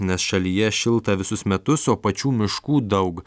nes šalyje šilta visus metus o pačių miškų daug